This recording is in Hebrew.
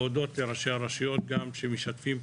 אני רוצה להודות לראשי הרשויות שמשתפים פעולה,